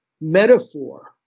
metaphor